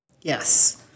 Yes